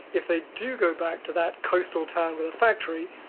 if they do go back to that coastal town with a factory,